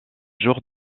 jour